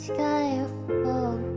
Skyfall